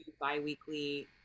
bi-weekly